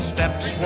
Steps